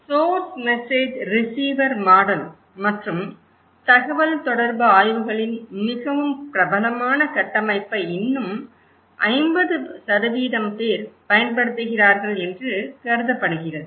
source message receiver model மற்றும் தகவல்தொடர்பு ஆய்வுகளின் மிகவும் பிரபலமான கட்டமைப்பை இன்னும் 50 பேர் பயன்படுத்துகிறார்கள் என்று கருதப்படுகிறது